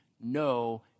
no